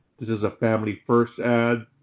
this is a family first ad.